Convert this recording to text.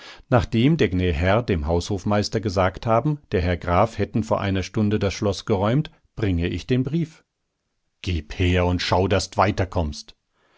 nachdem der gnä herr dem haushofmeister gesagt haben der herr graf hätten vor einer stunde das schloß geräumt bringe ich den brief gib her und schau daß d weiter